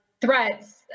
threats